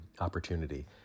opportunity